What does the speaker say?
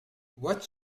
what